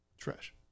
trash